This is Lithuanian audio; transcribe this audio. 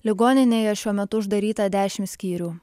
ligoninėje šiuo metu uždaryta dešimt skyrių